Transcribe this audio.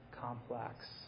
complex